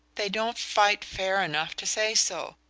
they don't fight fair enough to say so.